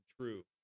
true